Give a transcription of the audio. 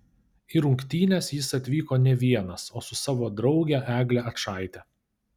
į rungtynes jis atvyko ne vienas o su savo drauge egle ačaite